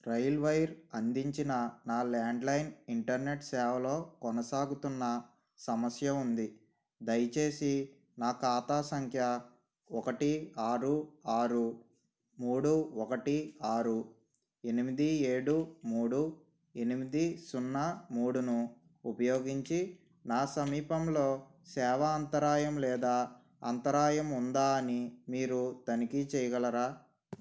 rail wire అందించిన నా landline internet సేవలో కొనసాగుతున్న సమస్య ఉంది దయచేసి నా ఖాతా సంఖ్య ఒకటి ఆరు ఆరు మూడు ఒకటి ఆరు ఎనిమిది ఏడు మూడు ఎనిమిది సున్నా మూడును ఉపయోగించి నా సమీపంలో సేవ అంతరాయం లేదా అంతరాయం ఉందా అని మీరు తనిఖీ చేయగలరా